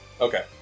Okay